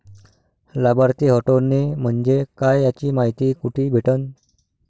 लाभार्थी हटोने म्हंजे काय याची मायती कुठी भेटन?